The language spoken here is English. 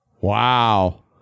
Wow